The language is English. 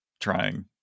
trying